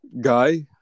guy